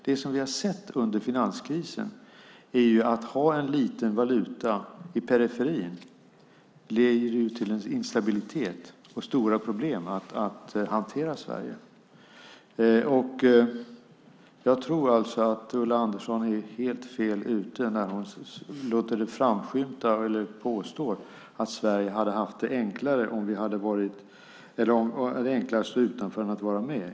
Det som vi har sett under finanskrisen är detta: att ha en liten valuta i periferin leder till instabilitet och stora problem att hantera Sverige. Jag tror att Ulla Andersson är helt fel ute när hon påstår att Sverige har haft det enklare genom att stå utanför än om vi hade varit med.